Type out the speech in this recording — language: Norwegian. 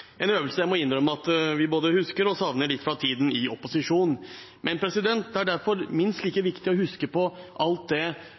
en øvelse jeg må innrømme at vi både husker og savner litt fra tiden i opposisjon. Men det er derfor minst like